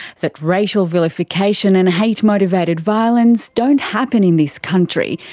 that racial vilification and hate-motivated violence don't happen in this country,